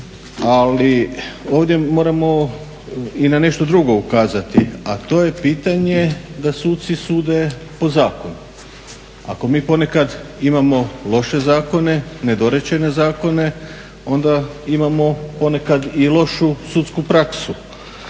Ali, ovdje moramo i na nešto drugo ukazati, a to je pitanje da suci sude po zakonu. Ako mi ponekad imamo loše zakone, nedorečen zakone ona imamo ponekad i lošu sudsku praksu